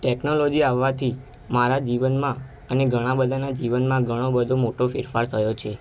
technology આવવાથી મારા જીવનમાં અને ઘણાં બધાના જીવનમાં ઘણો બધો મોટો ફેરફાર થયો છે